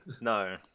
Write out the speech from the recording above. No